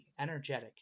energetic